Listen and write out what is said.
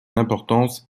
importance